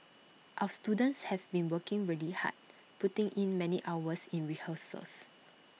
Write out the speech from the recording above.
our students have been working really hard putting in many hours in rehearsals